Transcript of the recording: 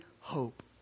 hope